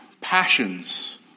passions